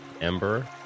Ember